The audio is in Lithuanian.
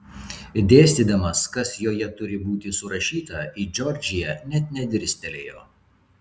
dėstydamas kas joje turi būti surašyta į džordžiją net nedirstelėjo